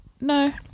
No